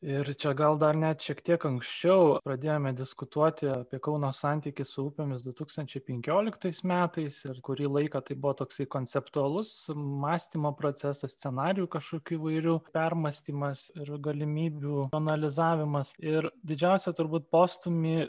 ir čia gal dar net šiek tiek anksčiau pradėjome diskutuoti apie kauno santykį su upėmis du tūkstančiai penkioliktais metais ir kurį laiką tai buvo toksai konceptualus mąstymo procesas scenarijų kažkokių įvairių permąstymas ir galimybių analizavimas ir didžiausią turbūt postūmį